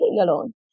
alone